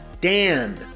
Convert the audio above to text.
Dan